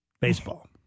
Baseball